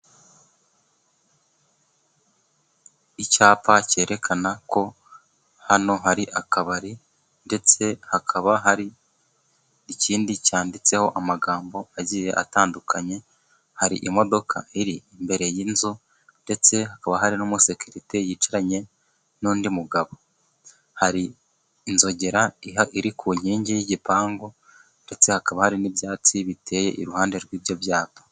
Icyapa cyerekana ko hano hari akabari ndetse hakaba hari ikindi cyanditseho amagambo agiye atandukanye, hari imodoka iri imbere y'inzu ndetse hakaba hari n'umusekerite yicaranye n'undi mugabo. Hari inzogera iri ku nkingi y'igipangu ndetse hakaba hari n'ibyatsi biteye iruhande rw'ibyo byapa.